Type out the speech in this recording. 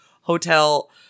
hotel